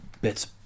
bits